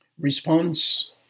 response